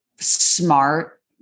smart